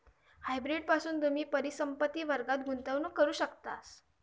hybrid पासून तुम्ही परिसंपत्ति वर्गात गुंतवणूक करू शकतास